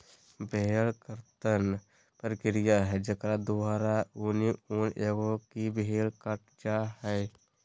भेड़ कर्तन प्रक्रिया है जेकर द्वारा है ऊनी ऊन एगो की भेड़ कट जा हइ